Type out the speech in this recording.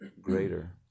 Greater